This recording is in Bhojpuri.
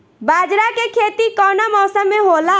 बाजरा के खेती कवना मौसम मे होला?